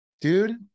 Dude